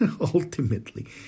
Ultimately